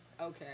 Okay